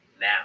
now